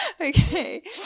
Okay